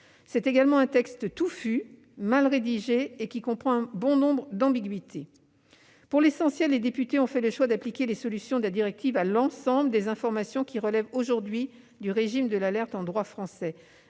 C'est également un texte touffu, mal rédigé, et qui comprend bon nombre d'ambiguïtés. Pour l'essentiel, les députés ont fait le choix d'appliquer les solutions de la directive à l'ensemble des informations qui relèvent aujourd'hui du régime de l'alerte en droit français.